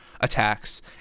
attacks